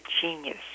genius